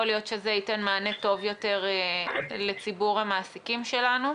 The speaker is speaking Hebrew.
יכול להיות שזה ייתן מענה טוב יותר לציבור המעסיקים שלנו.